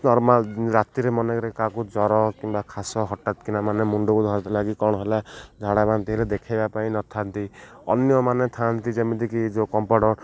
normal ରାତିରେ ମନେ କରେ କାହାକୁ ଜ୍ୱର କିମ୍ବା ଖାସ ହଠାତ୍ କିନା ମାନେ ମୁଣ୍ଡକୁ ଧରିଦେଲା କି କ'ଣ ହେଲା ଝାଡ଼ା ବାନ୍ତି ହେଲେ ଦେଖେଇବା ପାଇଁ ନଥାନ୍ତି ଅନ୍ୟମାନେ ଥାନ୍ତି ଯେମିତିକି ଯେଉଁ କମ୍ପାଉଣ୍ଡର୍